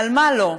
ועל מה לא.